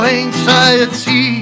anxiety